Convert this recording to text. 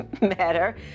matter